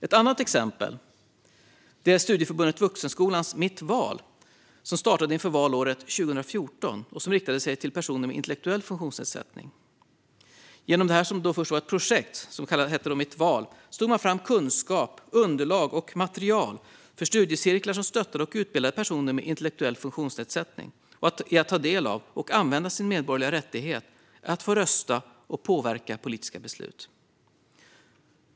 Ett annat exempel är Studieförbundet Vuxenskolans Mitt Val, som startade inför valåret 2014 och som riktade sig till personer med intellektuell funktionsnedsättning. Genom detta, som först var ett projekt och alltså hette Mitt Val, tog man fram kunskap, underlag och material för studiecirklar som stöttade och utbildade personer med intellektuell funktionsnedsättning i att ta del av och använda sin medborgerliga rättighet att få rösta och påverka politiska beslut.